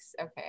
okay